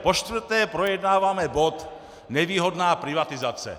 Počtvrté projednáváme bod nevýhodná privatizace.